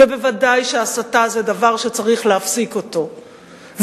בוודאי שהסתה זה דבר שצריך להפסיק אותו,